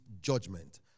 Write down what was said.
judgment